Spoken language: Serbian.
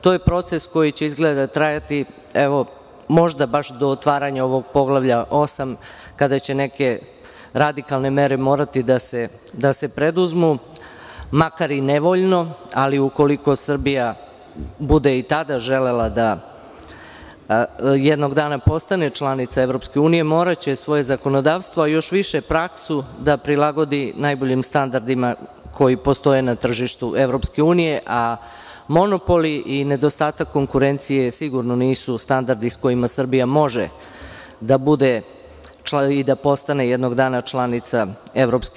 To je proces koji će izgleda trajati, evo, možda baš do otvaranja ovog Poglavlja VIII, kada će neke radikalne mere morati da se preduzmu, makar i nevoljno, ali ukoliko Srbija bude i tada želela da jednog dana postane članica EU, moraće svoje zakonodavstvo, a još više praksu da prilagodi najboljim standardima koji postoje na tržištu EU, a monopoli i nedostatak konkurencije sigurno nisu standardi sa kojima Srbija može da bude i postane jednog dana članica EU.